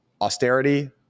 Austerity